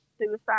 suicide